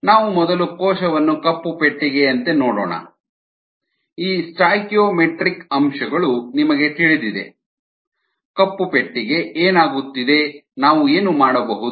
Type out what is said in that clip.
ನಾವು ಮೊದಲು ಕೋಶವನ್ನು ಕಪ್ಪು ಪೆಟ್ಟಿಗೆಯಂತೆ ನೋಡೋಣ ಈ ಸ್ಟಾಯ್ಕೀಯೋಮೆಟ್ರಿಕ್ ಅಂಶಗಳು ನಿಮಗೆ ತಿಳಿದಿದೆ ಕಪ್ಪು ಪೆಟ್ಟಿಗೆ ಏನಾಗುತ್ತಿದೆ ನಾವು ಏನು ಮಾಡಬಹುದು